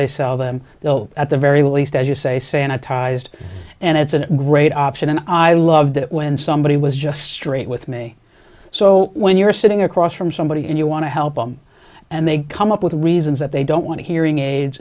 they sell them though at the very least as you say sanitized and it's a great option and i loved it when somebody was just straight with me so when you're sitting across from somebody and you want to help them and they come up with reasons that they don't want to hearing a